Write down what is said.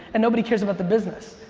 and nobody cares about the business.